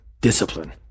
discipline